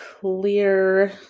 clear